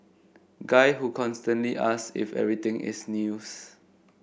guy who constantly asks if everything is news